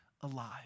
alive